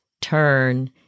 turn